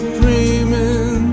dreaming